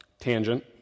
Tangent